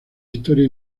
historia